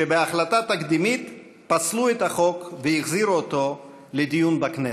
שבהחלטה תקדימית פסלו את החוק והחזירו אותו לדיון בכנסת.